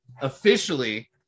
Officially